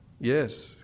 Yes